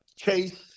Chase